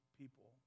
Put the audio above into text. people